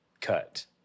cut